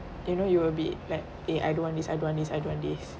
you know you will be like eh I don't want this I don't want this I don't want this